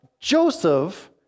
Joseph